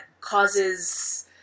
causes